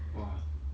!wah!